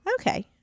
Okay